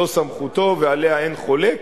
זו סמכותו ועליה אין חולק,